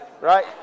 right